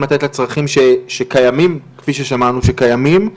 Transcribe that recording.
לתת לצרכים שקיימים כפי ששמענו שקיימים,